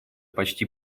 почти